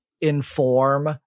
inform